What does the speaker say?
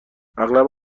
اغلب